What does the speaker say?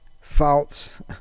false